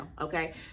okay